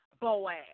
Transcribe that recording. Boaz